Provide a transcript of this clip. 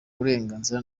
burenganzira